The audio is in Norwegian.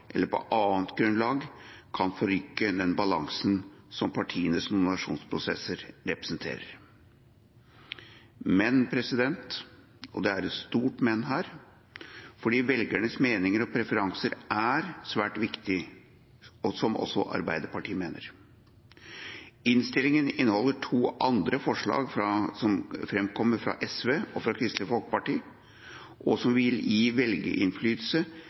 forrykke den balansen som partienes nominasjonsprosesser representerer. Men det er et stort men her, for velgernes mening og preferanser er svært viktige – noe også Arbeiderpartiet mener. Innstillingen inneholder to andre forslag, fra SV og fra Kristelig Folkeparti, som vil